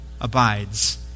abides